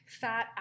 fat